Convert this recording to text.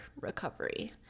recovery